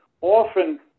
often